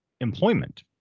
employment